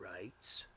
rights